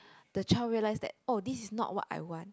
the child realise that oh this is not what I want